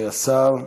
השר ישיב.